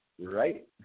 Right